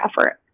effort